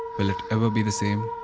it ever be the same